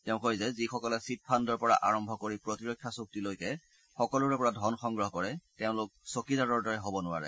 তেওঁ কয় যে যিসকলে চিট ফাণ্ডৰ পৰা আৰম্ভ কৰি প্ৰতিৰক্ষা চুক্তিলৈকে সকলোৰে পৰা ধন সংগ্ৰহ কৰে তেওঁলোক চকীদাৰৰ দৰে হ'ব নোৱাৰে